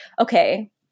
okay